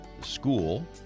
school